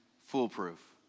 foolproof